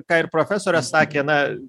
ką ir profesorė sakė na